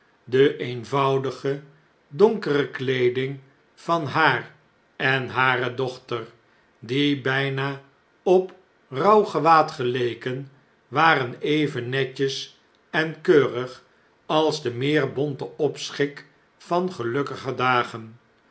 de eenvoudige donkere kleeding van haar en hare dochter die bijna op rouwgewaad geleken waren even netjes en keurig als de meer bonte opschik van gelukkiger dagen